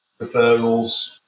referrals